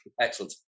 Excellent